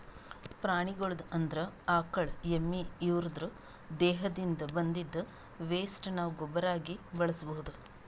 ಪ್ರಾಣಿಗಳ್ದು ಅಂದ್ರ ಆಕಳ್ ಎಮ್ಮಿ ಇವುದ್ರ್ ದೇಹದಿಂದ್ ಬಂದಿದ್ದ್ ವೆಸ್ಟ್ ನಾವ್ ಗೊಬ್ಬರಾಗಿ ಬಳಸ್ಬಹುದ್